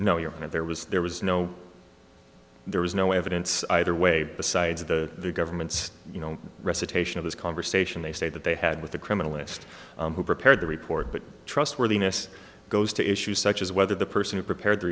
no your honor there was there was no there was no evidence either way besides the government's you know recitation of this conversation they say that they had with the criminalist who prepared the report but trustworthiness goes to issues such as whether the person who prepared t